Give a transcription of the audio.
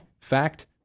Fact